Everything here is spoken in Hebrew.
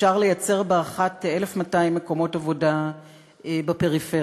לייצר באחת 1,200 מקומות עבודה בפריפריה.